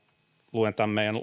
luen tämän meidän